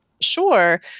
Sure